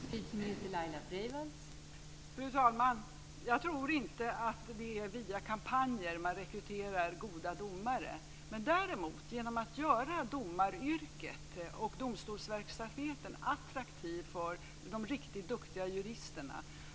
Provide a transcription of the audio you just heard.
Fru talman! Jag tror inte att det är via kampanjer som man rekryterar goda domare. Jag tror däremot att man kan göra det genom att göra domaryrket attraktivt och domstolsverksamheten attraktiv för de riktigt duktiga juristerna.